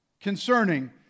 concerning